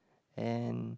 and